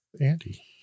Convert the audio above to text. Andy